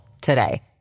today